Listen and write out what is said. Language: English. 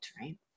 right